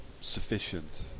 sufficient